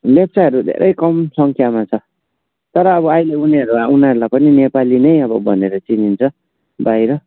लेप्चाहरू धेरै कम सङ्ख्यामा छ तर अब अहिले उनीहरू उनीहरूलाई पनि नेपाली नै अब भनेर चिनिन्छ बाहिर